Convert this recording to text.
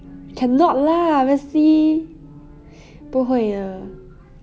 cannot lah obviously 不会的